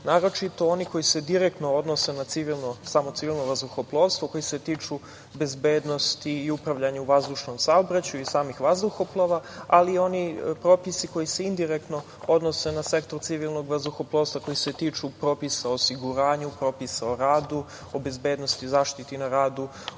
naročito onih koji se direktno odnose na civilno, samo civilno, vazduhoplovstvo, koji se tiču bezbednosti i upravljanja u vazdušnom saobraćaju i samih vazduhoplova, ali i oni propisi koji se indirektno odnose na sektor civilnog vazduhoplovstva koji se tiču propisa o osiguranju, propisa o radu, o bezbednosti i zaštiti na radu,